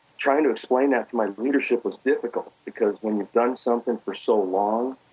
trying to explain that to my leadership was difficult, because when you've done something for so long,